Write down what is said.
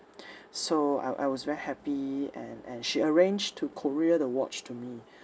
so I I was very happy and and she arranged to courier the watch to me